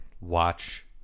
watch